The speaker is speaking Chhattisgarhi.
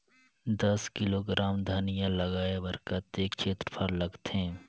दस किलोग्राम धनिया लगाय बर कतेक क्षेत्रफल लगथे?